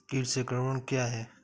कीट संक्रमण क्या है?